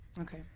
Okay